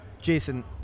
Jason